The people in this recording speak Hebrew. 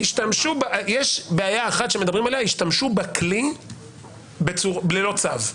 יש בעיה אחת שמדברים עליה, שהשתמשו בכלי ללא צו,